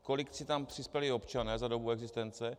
Kolik si tam přispěli občané za dobu existence?